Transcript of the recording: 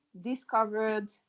discovered